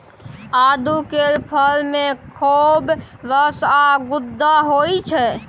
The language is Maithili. आड़ू केर फर मे खौब रस आ गुद्दा होइ छै